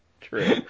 True